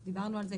דיברנו על כך,